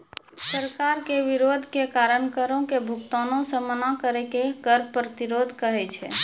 सरकार के विरोध के कारण करो के भुगतानो से मना करै के कर प्रतिरोध कहै छै